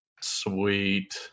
Sweet